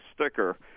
sticker